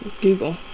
Google